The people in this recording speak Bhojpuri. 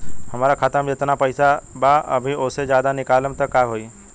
हमरा खाता मे जेतना पईसा बा अभीओसे ज्यादा निकालेम त का होई?